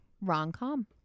rom-com